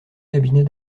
cabinet